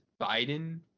biden